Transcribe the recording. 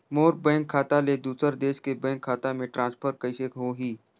मोर bank खाता ले दुसर देश के बैंक खाता मे ट्रांसफर कइसे होही?